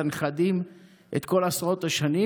את הנכדים ואת כל עשרות השנים.